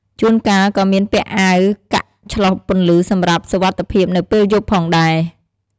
ជួនកាលក៏មានពាក់អាវកាក់ឆ្លុះពន្លឺសម្រាប់សុវត្ថិភាពនៅពេលយប់ផងដែរ។